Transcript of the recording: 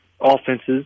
offenses